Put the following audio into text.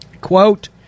quote